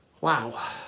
Wow